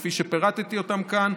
כפי שפירטתי אותם כאן,